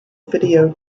video